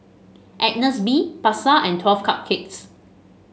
Agnes B Pasar and Twelve Cupcakes